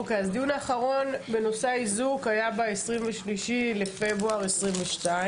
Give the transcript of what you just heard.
אוקי אז הדיון האחרון בנושא האיזוק היה ב-23 לפברואר 22,